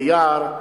ביער,